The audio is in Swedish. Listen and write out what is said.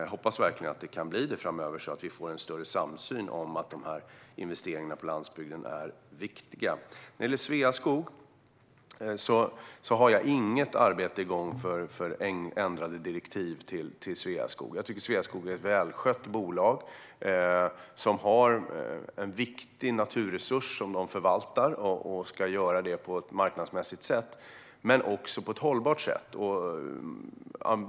Jag hoppas verkligen att det kan bli det framöver så att vi kan få en större samsyn om att de här investeringarna på landsbygden är viktiga. När det gäller Sveaskog har jag inget arbete igång för ändrade direktiv. Jag tycker att Sveaskog är ett välskött bolag som har en viktig naturresurs att förvalta på ett marknadsmässigt sätt men också på ett hållbart sätt.